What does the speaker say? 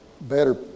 better